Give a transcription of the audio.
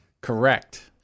Correct